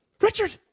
Richard